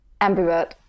Ambivert